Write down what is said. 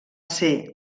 ser